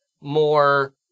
more